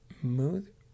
smooth